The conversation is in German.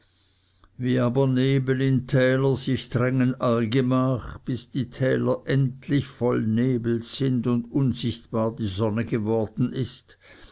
wie aber nebel in täler sich drängen allgemach bis die täler endlich voll nebels sind und unsichtbar die sonne geworden ist